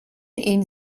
ihnen